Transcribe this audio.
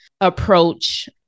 approach